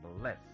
bless